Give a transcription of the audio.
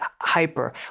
hyper